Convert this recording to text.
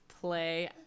play